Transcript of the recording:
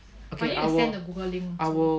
okay I will I will